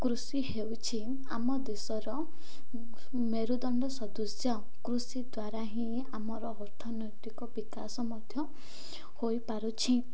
କୃଷି ହେଉଛି ଆମ ଦେଶର ମେରୁଦଣ୍ଡ ସଦସ୍ୟ କୃଷି ଦ୍ୱାରା ହିଁ ଆମର ଅର୍ଥନୈତିକ ବିକାଶ ମଧ୍ୟ ହୋଇପାରୁଛି